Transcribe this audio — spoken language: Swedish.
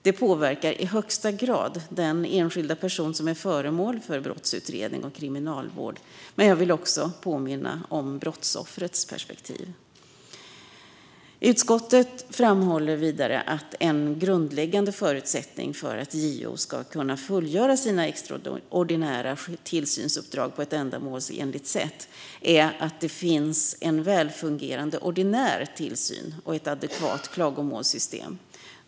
Det påverkar i högsta grad den enskilda person som är föremål för brottsutredning och kriminalvård - men jag vill också påminna om brottsoffrets perspektiv. Utskottet framhåller att en grundläggande förutsättning för att JO ska kunna fullgöra sitt extraordinära tillsynsuppdrag på ett ändamålsenligt sätt är att det finns en välfungerande ordinär tillsyn och ett adekvat klagomålssystem.